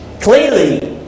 clearly